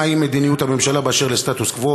מה היא מדיניות הממשלה אשר לסטטוס-קוו,